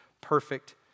perfect